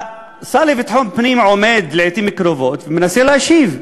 השר לביטחון פנים עומד לעתים קרובות ומנסה להשיב.